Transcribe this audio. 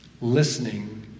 listening